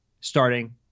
starting